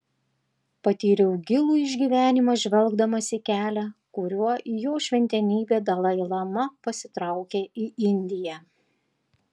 patyriau gilų išgyvenimą žvelgdamas į kelią kuriuo jo šventenybė dalai lama pasitraukė į indiją